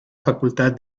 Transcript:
facultad